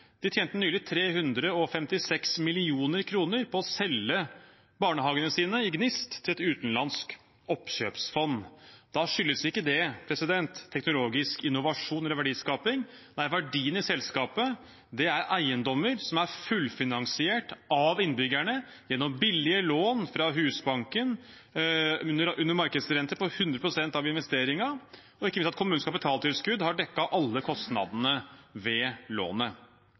nylig tjente 356 mill. kr på å selge barnehagene sine i Gnist til et utenlandsk oppkjøpsfond. Da skyldes ikke det teknologisk innovasjon eller verdiskaping. Nei, verdiene i selskapet er eiendommer som er fullfinansiert av innbyggerne gjennom billige lån fra Husbanken under markedsrente på 100 pst. av investeringen, og ikke minst at kommunens kapitaltilskudd har dekket alle kostnadene ved lånet.